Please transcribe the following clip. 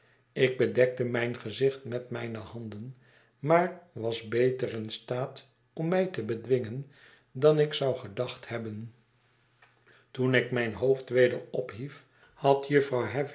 ik bedekte mijn gezicht met mijne handen maar was beter in staat om mij te bedwingen dan ik zou gedacht hebben toen ik mijn hoofd weder ophief had